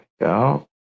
go